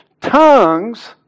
tongues